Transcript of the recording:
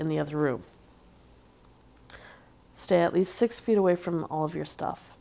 in the other room stay at least six feet away from all of your stuff